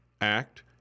act